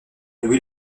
louis